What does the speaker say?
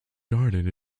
garden